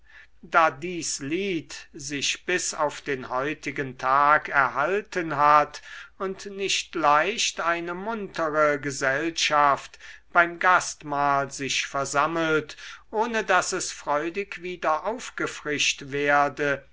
da dies lied sich bis auf den heutigen tag erhalten hat und nicht leicht eine muntere gesellschaft beim gastmahl sich versammelt ohne daß es freudig wieder aufgefrischt werde